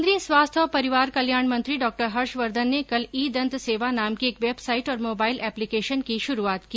केंद्रीय स्वास्थ्य और परिवार कल्याण मंत्री डॉ हर्षवर्धन ने कल ई दंत सेवा नाम की एक वेबसाइट और मोबाइल ऐप्लिकेशन की शुरूआत की